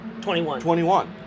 21